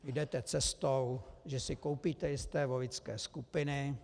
Jdete cestou, že si koupíte jisté voličské skupiny.